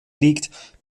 liegt